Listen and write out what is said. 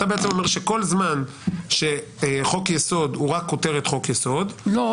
אתה אומר שכל זמן שחוק יסוד הוא רק כותרת חוק יסוד --- לא.